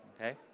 okay